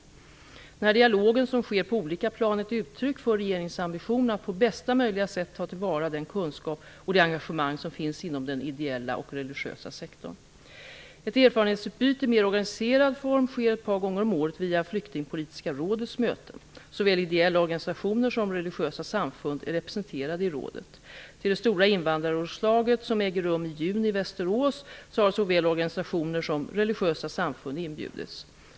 Den här dialogen, som sker på olika plan, är ett uttryck för regeringens ambition att på bästa möjliga sätt ta till vara den kunskap och det engagemang som finns inom den ideella och religiösa sektorn. Ett erfarenhetsutbyte i mer organiserad form sker ett par gånger om året vid Flyktingpolitiska rådets möten. Såväl ideella organisationer som religiösa samfund är representerade i rådet. Till det stora invandrarrådslag som äger rum i juni i Västerås har såväl organisationer som religiösa samfund inbjudits.